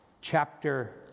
chapter